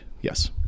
Yes